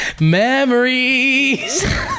Memories